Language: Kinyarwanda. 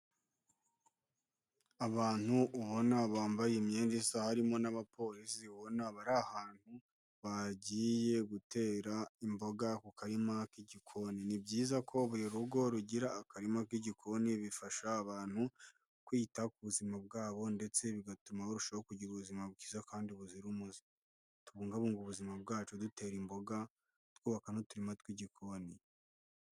Abantu ubona bambaye imyenda isa harimo n'abapolisi ubona bari ahantu bagiye gutera imboga ku karima k'igikoni, ni byiza ko buri rugo rugira akarima k'igikoni bifasha abantu kwita ku buzima bwabo ndetse bigatuma barushaho kugira ubuzima bwiza kandi buzira umuze, tubungabunge ubuzima bwacu dutera imboga twubaka n'uturima tw'igikoni.